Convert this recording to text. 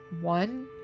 one